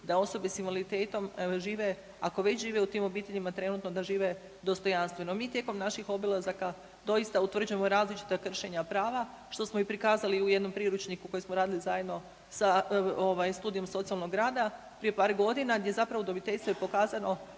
da osobe s invaliditetom žive, ako već žive u tim obiteljima trenutno, da žive dostojanstveno. Mi tijekom naših obilazaka doista utvrđujemo različita kršenja prava, što smo i prikazali u jednom priručniku koji smo radili zajedno sa Studijem socijalnog rada prije par godina gdje zapravo udomiteljstvo je pokazano